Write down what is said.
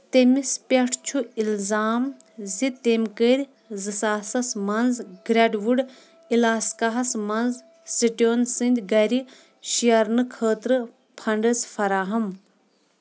تٔمِس پٮ۪ٹھ چھُ الزام زِ تٔمۍ کٔرۍ زٕ ساس سس منٛز گرڈ وُڈ الاسکاہَس منٛز سٹیون سنٛد گرٕ شیرنہٕ خٲطرٕ فنڈز فراہم